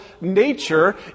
nature